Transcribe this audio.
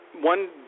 one